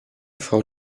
frau